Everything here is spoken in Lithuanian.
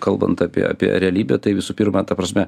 kalbant apie apie realybę tai visų pirma ta prasme